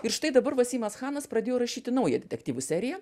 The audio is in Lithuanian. ir štai dabar vasimas chanas pradėjo rašyti naują detektyvų seriją